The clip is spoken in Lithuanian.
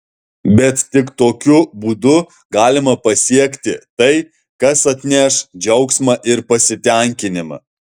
bet tik tokiu būdu galima pasiekti tai kas atneš džiaugsmą ir pasitenkinimą